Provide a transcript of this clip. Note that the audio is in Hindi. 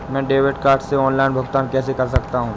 मैं डेबिट कार्ड से ऑनलाइन भुगतान कैसे कर सकता हूँ?